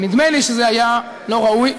ונדמה לי שזה היה לא ראוי.